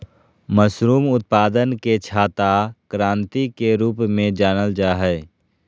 mushroom उत्पादन के छाता क्रान्ति के रूप में जानल जाय हइ